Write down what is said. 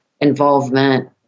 involvement